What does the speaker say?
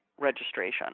registration